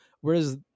whereas